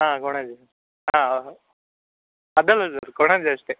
ಹಾಂ ಕೊಣಾಜೆ ಹಾಂ ಅದಲ್ಲ ಸರ್ ಕೊಣಾಜೆ ಅಷ್ಟೇ